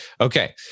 Okay